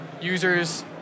users